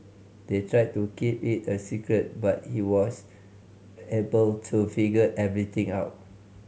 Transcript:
they tried to keep it a secret but he was able to figure everything out